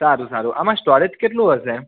સારું સારું આમાં સ્ટોરેજ કેટલું હશે